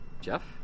Jeff